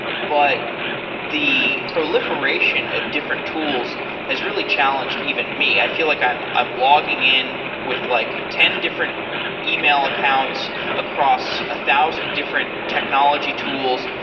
but the proliferation of different tools has really challenged even me. i feel like i'm i'm logging in with like ten different email accounts across a thousand different technology tools.